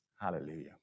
Hallelujah